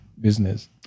business